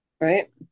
Right